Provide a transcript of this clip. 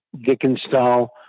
Dickens-style